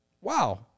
wow